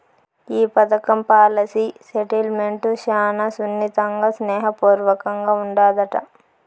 ఈ పదకం policy settlement శానా సున్నితంగా, స్నేహ పూర్వకంగా ఉండాదట